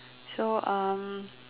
so uh